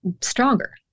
stronger